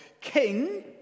king